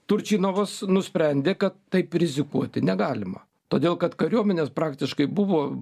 turčinovas nusprendė kad taip rizikuoti negalima todėl kad kariuomenės praktiškai buvo